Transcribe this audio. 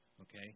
okay